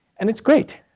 and it's great,